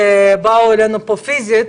שבאו אלינו לפה פיזית,